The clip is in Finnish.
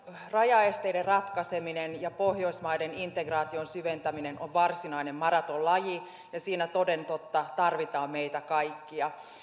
rajaesteiden ratkaiseminen ja pohjoismaiden integraation syventäminen on varsinainen maratonlaji ja siinä toden totta tarvitaan meitä kaikkia